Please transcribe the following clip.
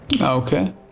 Okay